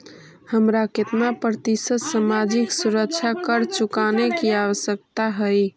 हमारा केतना प्रतिशत सामाजिक सुरक्षा कर चुकाने की आवश्यकता हई